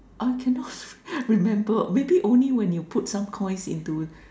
I cannot remember maybe only when you put some coins into